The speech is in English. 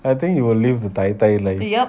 I think you will live the tai tai life